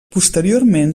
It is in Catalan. posteriorment